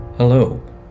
Hello